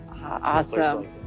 Awesome